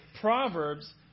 Proverbs